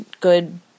good